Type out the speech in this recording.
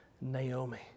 Naomi